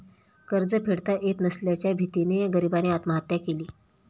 कर्ज फेडता येत नसल्याच्या भीतीने गरीबाने आत्महत्या केली